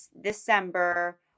December